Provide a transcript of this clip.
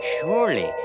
Surely